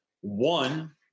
one